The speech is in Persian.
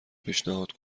پیشنهاد